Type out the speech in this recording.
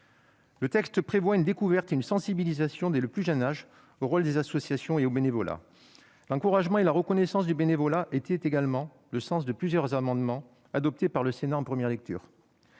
Le texte prévoit une découverte et une sensibilisation dès le plus jeune âge au rôle des associations et au bénévolat. L'encouragement et la reconnaissance du bénévolat étaient également l'objet de plusieurs amendements adoptés par le Sénat en première lecture.